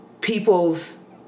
people's